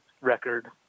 record